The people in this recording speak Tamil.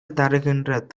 தருகின்ற